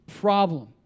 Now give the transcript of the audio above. problem